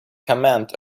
command